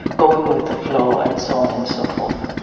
going with the flow, and so on and so forth.